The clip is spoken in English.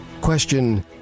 Question